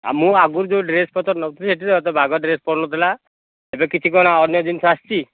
ଆଉ ମୁଁ ଆଗରୁ ଯେଉଁ ଡ୍ରେସ୍ ପତର୍ ନେଉଥିଲି ସେଠି ଏତେ ବାଗ ଡ୍ରେସ୍ ପଡ଼ୁନଥିଲା ଏବେ କିଛି କ'ଣ ଅନ୍ୟ ଜିନିଷ ଆସିଛି